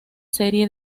serie